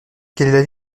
quel